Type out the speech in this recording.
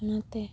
ᱚᱱᱟᱛᱮ